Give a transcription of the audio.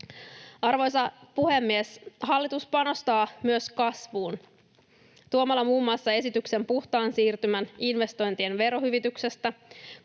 Arvoisa puhemies! Hallitus panostaa myös kasvuun tuomalla muun muassa esityksen puhtaan siirtymän investointien verohyvityksestä,